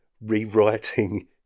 rewriting